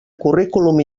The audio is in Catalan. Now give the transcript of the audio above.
currículum